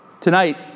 tonight